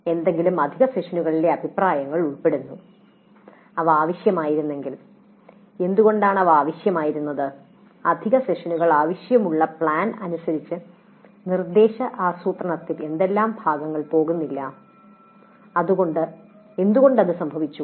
ഏതെങ്കിലും അധിക സെഷനുകളിലെ അഭിപ്രായങ്ങൾ ഉൾപ്പെടുന്നു അവ ആവശ്യമായിരുന്നെങ്കിൽ എന്തുകൊണ്ടാണ് അവ ആവശ്യമായിരുന്നത് അധിക സെഷനുകൾ ആവശ്യമുള്ള പ്ലാൻ അനുസരിച്ച് നിർദ്ദേശ ആസൂത്രണത്തിന്റെ ഏതെല്ലാം ഭാഗങ്ങൾ പോകുന്നില്ല എന്തുകൊണ്ട് അത് സംഭവിച്ചു